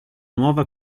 nuova